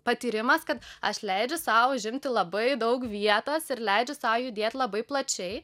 patyrimas kad aš leidžiu sau užimti labai daug vietos ir leidžiu sau judėt labai plačiai